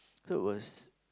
so it was